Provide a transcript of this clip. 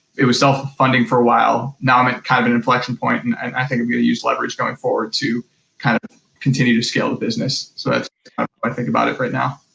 it was self-funding for a while, now i'm at kind of an inflection point, and i think i'm gonna use leverage going forward to kind of continue to scale the business so i think about it right now.